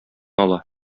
ала